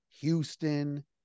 Houston